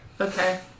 Okay